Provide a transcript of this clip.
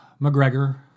McGregor